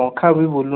ପଙ୍ଖା ବି ବୁଲୁନାହିଁ